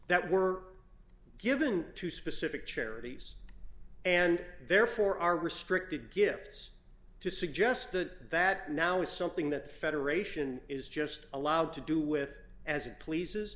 that were given to specific charities and therefore are restricted gifts to suggest that that now is something that the federation is just allowed to do with as it pleases